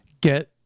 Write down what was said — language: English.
get